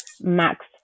max